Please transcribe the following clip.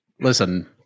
listen